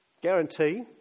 Guarantee